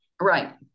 Right